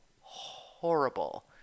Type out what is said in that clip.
Horrible